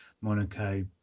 Monaco